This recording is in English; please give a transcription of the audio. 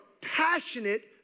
passionate